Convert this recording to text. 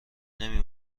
نمی